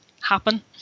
happen